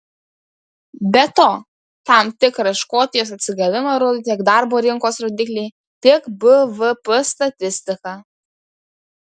be to tam tikrą škotijos atsigavimą rodo tiek darbo rinkos rodikliai tiek bvp statistika